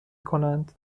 کنند